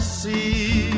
see